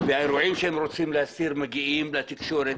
ואירועים שהם רוצים להסתיר מגיעים לתקשורת,